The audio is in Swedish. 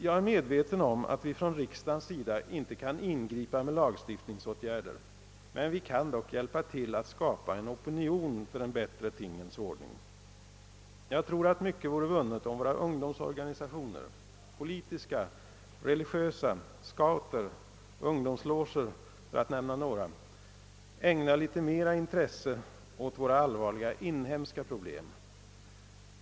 Jag är medveten om att vi från riksdagens sida inte kan ingripa med lagstiftningsåtgärder, men' vi kan dock hjälpa till att skapa en opinion för en bättre tingens ordning. Jag tror att mycket vore vunnet om våra ungdomsorganisationer, politiska, religiösa, scouter, ungdomsloger, för: att nämna några, ägnade litet mera intresse åt våra allvarliga inhemska problem.